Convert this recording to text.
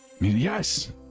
Yes